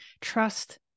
trust